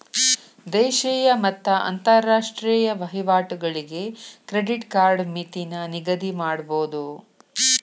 ದೇಶೇಯ ಮತ್ತ ಅಂತರಾಷ್ಟ್ರೇಯ ವಹಿವಾಟುಗಳಿಗೆ ಕ್ರೆಡಿಟ್ ಕಾರ್ಡ್ ಮಿತಿನ ನಿಗದಿಮಾಡಬೋದು